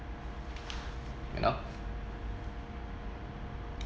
you know